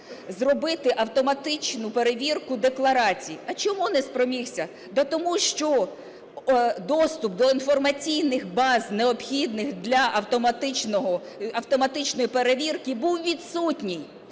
зробити автоматичну перевірку декларацій. А чому не спромігся? Да тому що доступ до інформаційних баз, необхідних для автоматичної перевірки був відсутній.